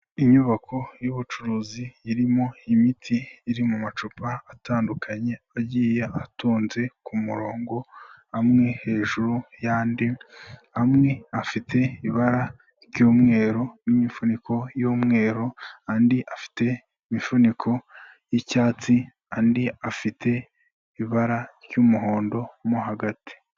Inyubako y'ubucuruzi irimo imiti iri mu macupa atandukanye agiye atonze ku murongo umwe hejuru y'andi, amwe afite ibara ry'umweru n'imifuniko y'umweru, andi afite imifuniko y'icyatsi, andi afite ibara ry'umuhondo mo hagati.